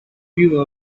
grew